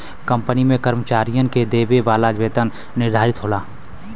company में कर्मचारियन के देवे वाला वेतन निर्धारित होला